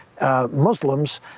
Muslims